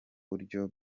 buryo